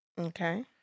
Okay